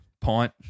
Pint